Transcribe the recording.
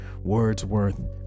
wordsworth